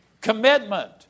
Commitment